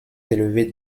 élevée